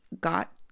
got